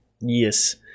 yes